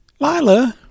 Lila